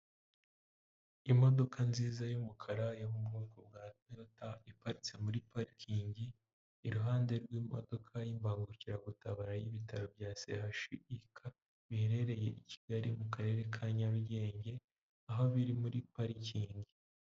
Imodoka nziza y'umukara yo mu bwoko bwa Toyota iparitse muri parikingi, iruhande rw'imodoka y'imbangukiragutabara y'ibitaro bya CHUK, biherereye i Kigali mu karere ka Nyarugenge, aho biri muri parikingi.